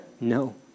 no